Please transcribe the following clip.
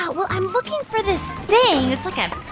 but well, i'm looking for this thing. it's like ah